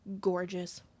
gorgeous